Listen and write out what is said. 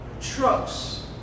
trucks